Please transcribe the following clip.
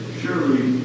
surely